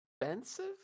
expensive